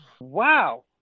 wow